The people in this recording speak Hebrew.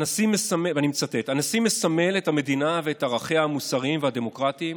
ואני מצטט: "הנשיא מסמל את המדינה ואת ערכיה המוסריים והדמוקרטיים,